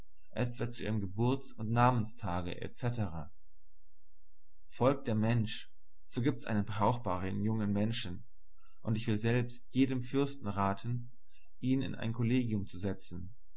machen etwa zu ihrem geburts und namenstage etc folgt der mensch so gibt's einen brauchbaren jungen menschen und ich will selbst jedem fürsten raten ihn in ein kollegium zu setzen